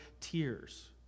tears